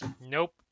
Nope